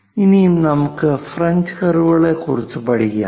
ഇനി നമുക്ക് ഫ്രഞ്ച് കർവുകളെ കുറിച്ച് പഠിക്കാം